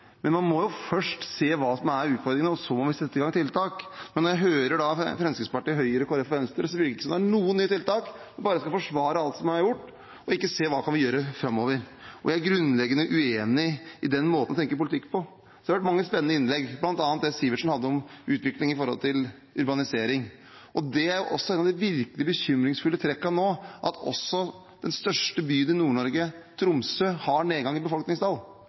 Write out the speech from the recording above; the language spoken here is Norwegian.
men man må først se hva som er utfordringen, og så må vi sette i gang tiltak. Men når jeg hører Fremskrittspartiet, Høyre, Kristelig Folkeparti og Venstre, virker det som om det er noen nye tiltak bare for å forsvare alt som er gjort, og så ser man ikke hva vi kan gjøre framover. Jeg er grunnleggende uenig i den måten å tenke politikk på. Det har vært mange spennende innlegg, bl.a. det representanten Sivertsen hadde om utvikling i forhold til urbanisering. Det er også et av de virkelig bekymringsfulle trekkene nå, at den største byen i Nord-Norge – Tromsø – har nedgang i